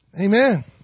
Amen